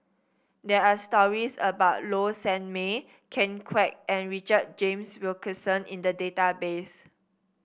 there are stories about Low Sanmay Ken Kwek and Richard James Wilkinson in the database